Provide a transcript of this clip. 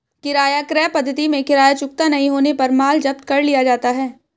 किराया क्रय पद्धति में किराया चुकता नहीं होने पर माल जब्त कर लिया जाता है